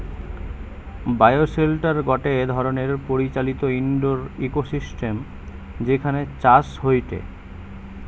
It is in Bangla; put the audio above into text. বায়োশেল্টার গটে ধরণের পরিচালিত ইন্ডোর ইকোসিস্টেম যেখানে চাষ হয়টে